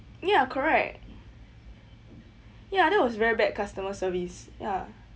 ya correct ya that was very bad customer service ya